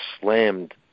slammed